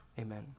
amen